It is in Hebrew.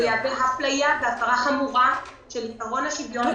זה יהווה אפליה והפרה חמורה של עיקרון השוויון.